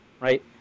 right